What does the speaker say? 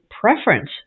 preference